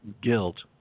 guilt